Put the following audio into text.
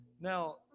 Now